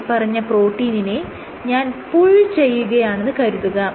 മേല്പറഞ്ഞ പ്രോട്ടീനിനെ ഞാൻ പുൾ ചെയ്യുകയാണെന്ന് കരുതുക